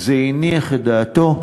זה הניח את דעתו.